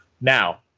Now